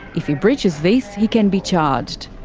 if he breaches this, he can be charged.